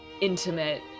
intimate